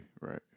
right